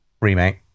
Remake